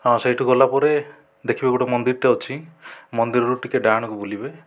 ହଁ ସେହିଠୁ ଗଲା ପରେ ଦେଖିବେ ଗୋଟିଏ ମଦିରଟେ ଅଛି ମଦିରଠୁ ଟିକେ ଡାହାଣକୁ ବୁଲିବେ